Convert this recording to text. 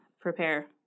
Prepare